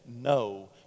no